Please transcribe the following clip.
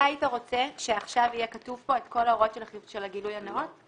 אז אתה היית רוצה שעכשיו יהיה כתוב פה את כל ההוראות של הגילוי הנאות?